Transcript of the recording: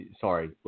sorry